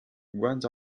runs